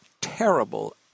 terrible